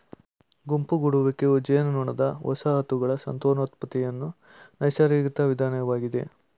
ಗುಂಪು ಗೂಡುವಿಕೆಯು ಜೇನುನೊಣದ ವಸಾಹತುಗಳ ಸಂತಾನೋತ್ಪತ್ತಿಯ ನೈಸರ್ಗಿಕ ವಿಧಾನವಾಗಯ್ತೆ